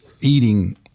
eating